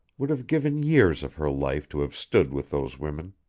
would have given years of her life to have stood with those women.